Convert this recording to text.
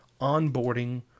onboarding